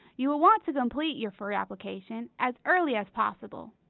you will want to complete your free application as early as possible.